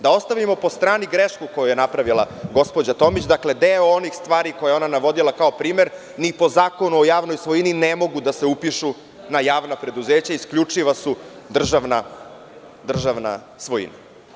Da ostavimo po strani grešku koju je napravila gospođa Tomić, dakle, deo onih stvari koje je ona navodila kao primer ni po Zakonu o javnoj svojini ne može da se upiše na javna preduzeća, isključivo su državna svojina.